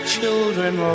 Children